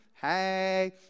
Hey